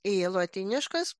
į lotyniškas